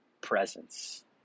presence